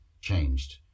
changed